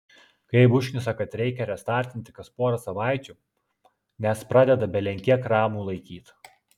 kaip užknisa kad reikia restartinti kas porą savaičių nes pradeda belenkiek ramų laikyt